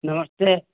नमस्ते